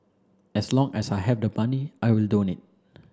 as long as I have the money I will donate